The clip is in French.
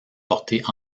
portée